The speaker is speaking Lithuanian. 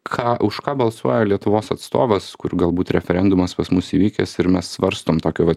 ką už ką balsuoja lietuvos atstovas kur galbūt referendumas pas mus įvykęs ir mes svarstom tokio vat